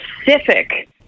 specific